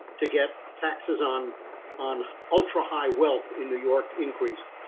to get taxes on on ultra high wealth in new york increased